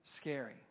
scary